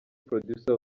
producer